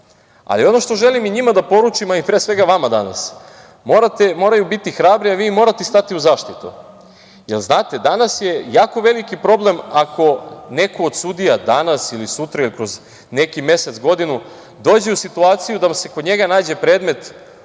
Ali, ono što želim i njima da poručim, ali pre svega vama danas, moraju biti hrabri, a vi morate stati u zaštitu. Danas je jako veliki problem ako neko od sudija danas ili sutra ili kroz neki mesec, godinu dođe u situaciju da se kod njega nađe predmet